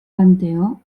panteó